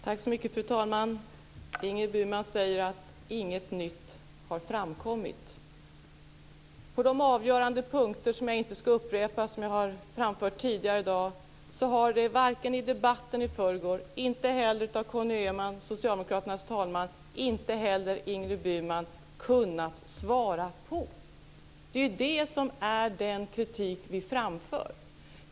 Fru talman! Ingrid Burman säger att inget nytt har framkommit. På de avgörande punkterna, som jag inte ska upprepa men som jag har framfört tidigare i dag, har varken debatten i förrgår eller Socialdemokraternas talesman Conny Öhman - och inte heller Ingrid Burman - kunnat svara. De är det som är den kritik vi framför.